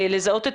לזהות את